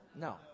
No